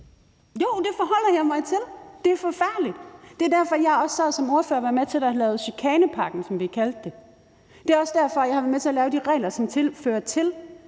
Jo, det forholder jeg mig til – det er forfærdeligt. Det er også derfor, jeg som ordfører sad og var med, da vi lavede chikanepakken, som vi kaldte den. Det er også derfor, jeg har været med til at lave de regler, som fører til,